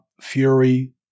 Fury